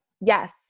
Yes